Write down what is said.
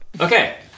Okay